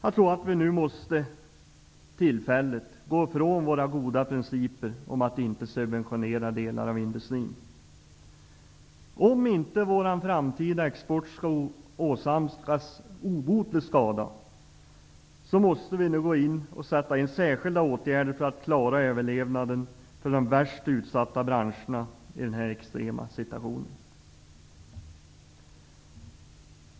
Vi måste nu tillfälligt frångå våra goda principer att inte subventionera delar av industrin. För att inte vår framtida export skall åsamkas obotlig skada måste nu särskilda åtgärder sättas in för att klara överlevnaden för de värst utsatta branscherna i den extrema situationen.